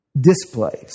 displays